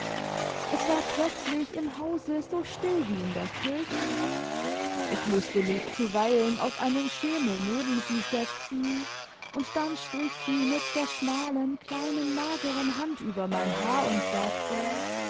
s war plötzlich im hause so still wie in der kirche ich mußte mich zuweilen auf einen schemel neben sie setzen und dann strich sie mit der schmalen kleinen mageren hand über mein haar und sagte